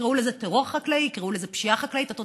יקראו לזה טרור חקלאי, יקראו לזה פשיעה חקלאית,